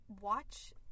Watch